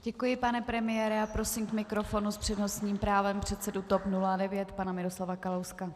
Děkuji, pane premiére, a prosím k mikrofonu s přednostním právem předsedu TOP 09 pana Miroslava Kalouska.